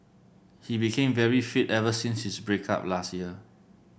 he became very fit ever since his break up last year